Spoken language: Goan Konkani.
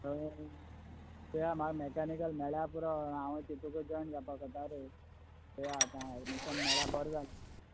हय चोया म्हाका मेकानिकल मेळ्यार पुरो हावंय तेतूंक जोयन कोरपा चित्तालो रे चोया आतां एडमिशन मेळ्यार बोरें जालें